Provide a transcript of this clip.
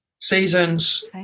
Seasons